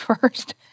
first